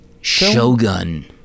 Shogun